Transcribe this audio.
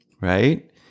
Right